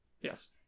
yes